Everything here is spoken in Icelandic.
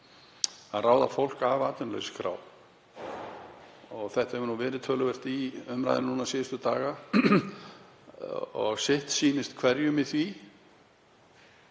að ráða fólk af atvinnuleysisskrá. Þetta hefur verið töluvert í umræðunni núna síðustu daga og sitt sýnist hverjum í því.